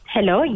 Hello